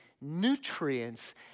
nutrients